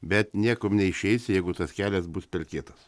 bet niek neišeis jeigu tas kelias bus per kietas